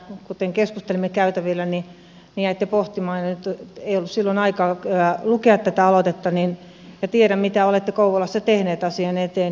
kuten keskustelimme käytävillä niin jäitte pohtimaan ei ollut silloin aikaa lukea tätä aloitetta ja tiedän mitä olette kouvolassa tehneet asian eteen